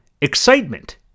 excitement